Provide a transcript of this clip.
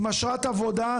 עם אשרת עבודה,